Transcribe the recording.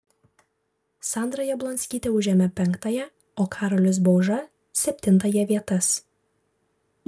sandra jablonskytė užėmė penktąją o karolis bauža septintąją vietas